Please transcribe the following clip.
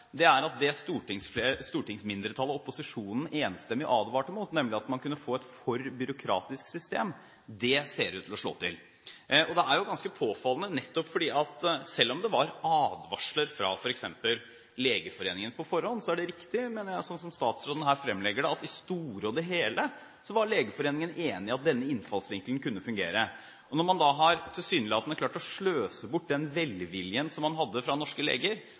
er at det stortingsmindretallet og opposisjonen enstemmig advarte mot, at man kunne få et for byråkratisk system, ser ut til å slå til. Det er ganske påfallende nettopp fordi at selv om det var advarsler fra f.eks. Legeforeningen på forhånd, er det riktig, mener jeg, som statsråden her fremlegger det, at i det store og det hele var Legeforeningen enig i at denne innfallsvinkelen kunne fungere. Når man da tilsynelatende har klart å sløse bort den velviljen som man hadde fra norske leger